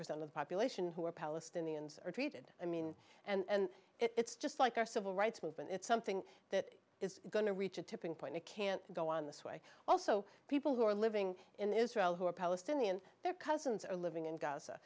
percent of the population who are palestinians are treated i mean and it's just like our civil rights movement it's something that is going to reach a tipping point it can't go on this way also people who are living in israel who are palestinian their cousins are living in g